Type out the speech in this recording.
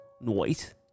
Noise